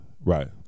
Right